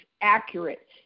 accurate